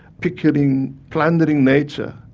pickering, plundering nature.